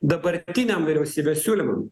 dabartiniam vyriausybės siūlymui